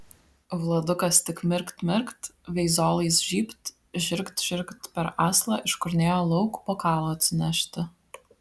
vladukas tik mirkt mirkt veizolais žybt žirgt žirgt per aslą iškurnėjo lauk bokalo atsinešti